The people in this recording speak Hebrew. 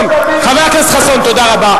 לקבל ממך תעודת כשרות,